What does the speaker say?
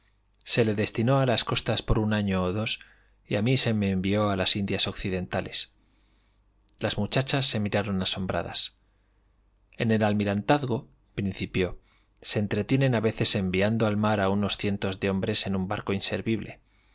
se le destinó a las costas por un año o dos y a mí se me envió a las indias occidentales las muchachas se miraron asombradas en el almirantazgoprincipióse entretienen a veces enviando al mar a unos cientos de hombres en un barco inservible